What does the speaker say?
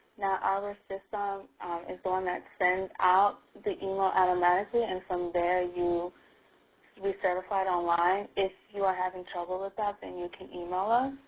now, our system is going to send out the email automatically and from there, you will be certified online. if you are having trouble with that, then you can email us